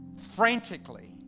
frantically